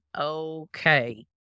okay